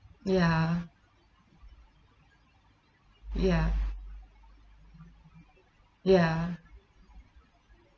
ya ya ya